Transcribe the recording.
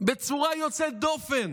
בצורה יוצאת דופן.